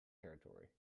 territory